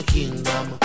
Kingdom